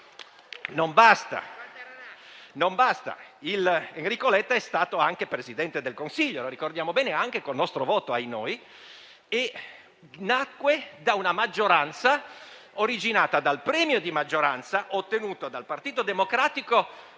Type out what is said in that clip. Non basta: Enrico Letta è stato anche Presidente del Consiglio (lo ricordiamo bene), anche con il nostro voto, ahinoi. Quel Governo nacque da una maggioranza originata dal premio di maggioranza ottenuto dal Partito Democratico